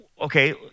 okay